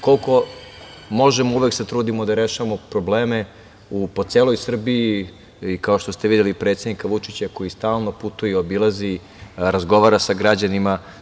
Koliko možemo, uvek se trudimo da rešavamo probleme po celoj Srbiji i kao što ste videli i predsednika Vučića, koji stalno putuje i obilazi, razgovara sa građanima.